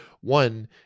One